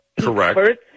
Correct